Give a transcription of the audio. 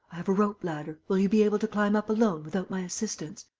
i have a rope-ladder. will you be able to climb up alone, without my assistance?